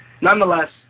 Nonetheless